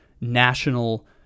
national